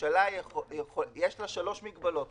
לממשלה יש שלוש מגבלות